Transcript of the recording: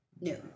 No